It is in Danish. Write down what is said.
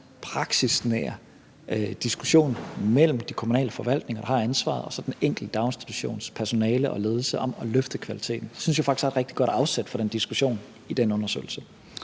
praksisnær diskussion mellem de kommunale forvaltninger, der har ansvaret, og så den enkelte daginstitutions personale og ledelse om at løfte kvaliteten. Jeg synes faktisk, at der er et rigtig godt afsæt for den diskussion i den undersøgelse.